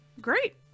great